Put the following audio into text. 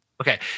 Okay